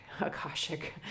Akashic